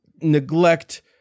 Neglect